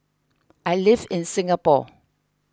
I live in Singapore